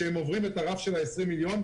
שעוברים את הרף של 20 מיליון,